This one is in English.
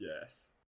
yes